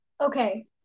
Okay